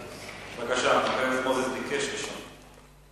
בבקשה, חבר הכנסת מוזס ביקש ראשון.